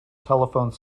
telephone